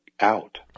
out